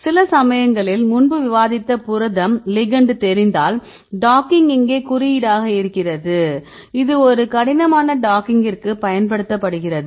சில சமயங்களில் முன்பு விவாதித்த புரதம் லிகெண்ட் தெரிந்தால் டாக்கிங் இங்கே குறியீடாக இருக்கிறது இது ஒரு கடினமான டாக்கிங்கிற்கு பயன்படுத்தப்படுகிறது